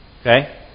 Okay